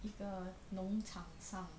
一个农场上